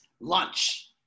lunch